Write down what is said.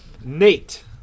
Nate